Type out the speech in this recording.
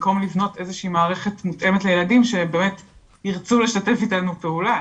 במקום לבנות איזושהי מערכת מותאמת לילדים שבאמת ירצו לשתף איתנו פעולה.